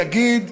יגיד,